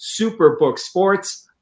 SuperbookSports